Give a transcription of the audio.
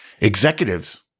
Executives